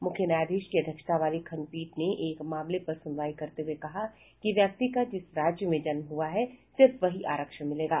मुख्य न्यायाधीश की अध्यक्षता वाली खंडपीठ ने एक मामले पर सुनवाई करते हुए कहा कि व्यक्ति का जिस राज्य में जन्म हुआ है सिर्फ वहीं आरक्षण मिलेगा